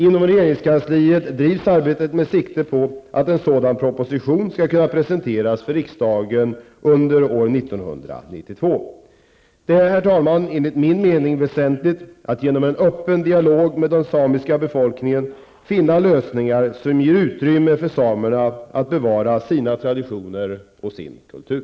Inom regeringskansliet drivs arbetet med sikte på att en sådan proposition skall kunna presenteras för riksdagen under år 1992. Det är, herr talman, enligt min mening väsentligt att genom en öppen dialog med den samiska befolkningen finna lösningar som ger utrymme för samerna att bevara sina traditioner och sin kultur.